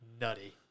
nutty